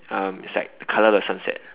um it's like the colour of the sunset